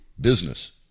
business